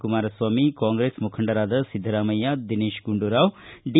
ಕುಮಾರಸ್ವಾಮಿ ಕಾಂಗ್ರೆಸ್ ಮುಖಂಡರಾದ ಸಿದ್ದರಾಮಯ್ಯ ದಿನೇಶ್ ಗುಂಡೂರಾವ್ ಡಿ